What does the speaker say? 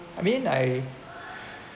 I mean I